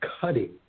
Cutting